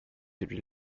celui